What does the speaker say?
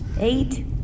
eight